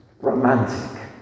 romantic